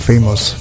famous